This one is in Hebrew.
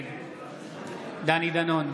נגד דני דנון,